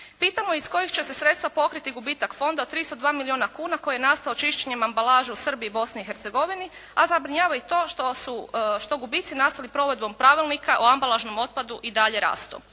Pitamo iz kojih će se sredstva pokriti gubitak fonda od 302 milijuna kuna koji je nastao čišćenjem ambalaže u Srbiji i Bosni i Hercegovini a zabrinjava i to što gubici nastali provedbom Pravilnika o ambalažnom otpadu i dalje rastu.